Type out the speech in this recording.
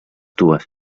dues